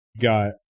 got